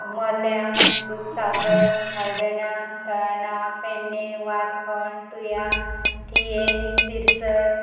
मल्या दुदसागर हळदण्या तळणां पेण्डे वारखंड तुया थिये सिरसय